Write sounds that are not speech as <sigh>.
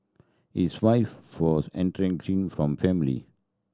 his wife <unintelligible> from family